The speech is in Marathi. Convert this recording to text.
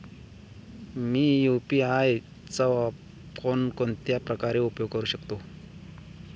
मी यु.पी.आय चा कोणकोणत्या प्रकारे उपयोग करू शकतो?